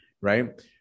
Right